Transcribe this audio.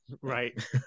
Right